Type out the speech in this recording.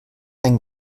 ein